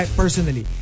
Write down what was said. personally